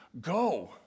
go